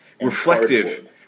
Reflective